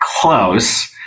close